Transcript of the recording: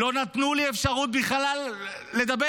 לא נתנו לי אפשרות בכלל לדבר.